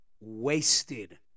wasted